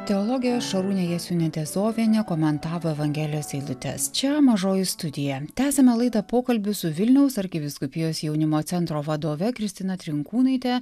teologė šarūnė jasiūnaitė zovienė komentavo evangelijos eilutes čia mažoji studija tęsiame laidą pokalbiu su vilniaus arkivyskupijos jaunimo centro vadove kristina trinkūnaite